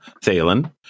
Thalen